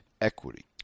equity